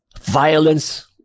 violence